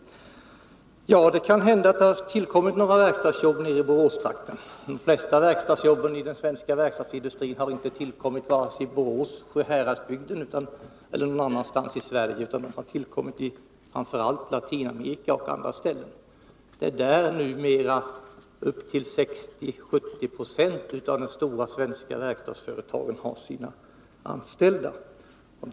Det kan hända att det har tillkommit några verkstadsjobb i Boråstrakten. Men de flesta verkstadsjobben i den svenska verkstadsindustrin har inte tillkommit i Borås eller i Sjuhäradsbygden eller någon annanstans i Sverige, utan i framför allt Latinamerika och på andra ställen. Upp till 60-70 90 av de stora svenska verkstadsföretagen har sina anställda där.